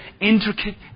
intricate